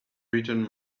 returned